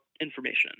information